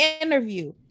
interview